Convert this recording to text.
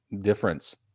difference